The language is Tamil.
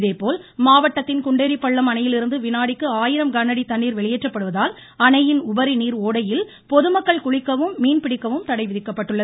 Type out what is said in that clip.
இதேபோல் மாவட்டத்தின் குண்டேறிப்பள்ளம் அணையிலிருந்து வினாடிக்கு ஆயிரம் கனஅடி தண்ணீர் வெளியேற்றப்பட்டுள்ளதால் அணையின் உபரிநீர் ஒடையில் பொதுமக்கள் குளிக்கவும் மீன் பிடிக்கவும் தடை விதிக்கப்பட்டுள்ளது